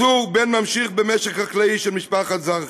צור, בן ממשיך במשק החקלאי של משפחת זרחי,